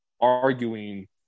arguing